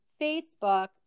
Facebook